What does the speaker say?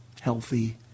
healthy